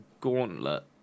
gauntlet